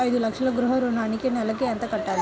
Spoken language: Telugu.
ఐదు లక్షల గృహ ఋణానికి నెలకి ఎంత కట్టాలి?